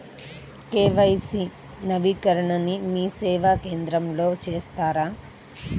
KYC నవీకరణని మీసేవా కేంద్రం లో చేస్తారా?